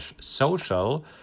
social